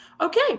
Okay